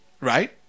Right